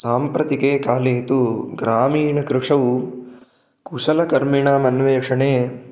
साम्प्रतिके काले तु ग्रामीणकृषौ कुशलकर्मिणाम् अन्वेषणे